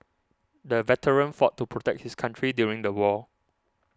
the veteran fought to protect his country during the war